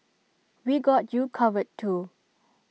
we got you covered too